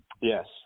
Yes